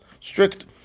strict